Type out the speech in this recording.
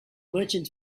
merchant